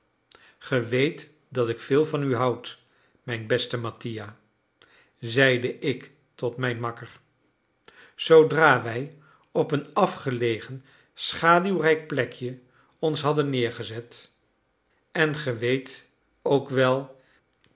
ge weet dat ik veel van u houd mijn beste mattia zeide ik tot mijn makker zoodra wij op een afgelegen schaduwrijk plekje ons hadden neergezet en ge weet ook wel